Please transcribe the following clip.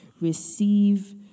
receive